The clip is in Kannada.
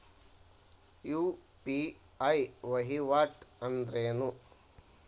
ಯು.ಪಿ.ಐ ವಹಿವಾಟ್ ಅಂದ್ರೇನು?